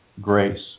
grace